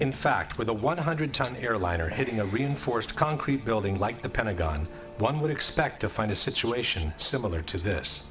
in fact with a one hundred ton airliner hitting a reinforced concrete building like the pentagon one would expect to find a situation similar to this